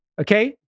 Okay